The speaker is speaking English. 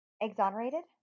Exonerated